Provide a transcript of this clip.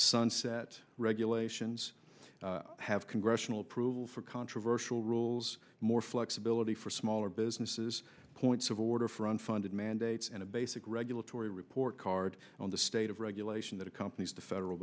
sunset regulations have congressional approval for controversial rules more flexibility for smaller businesses points of order for unfunded mandates and a basic regulatory report card on the state of regulation that accompanies the federal